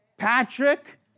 Patrick